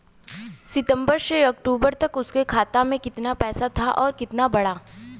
सितंबर से अक्टूबर तक उसका खाता में कीतना पेसा था और कीतना बड़ा?